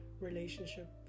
relationship